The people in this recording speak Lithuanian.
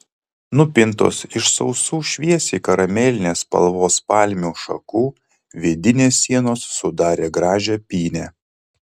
nupintos iš sausų šviesiai karamelinės spalvos palmių šakų vidinės sienos sudarė gražią pynę